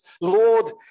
Lord